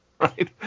right